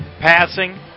passing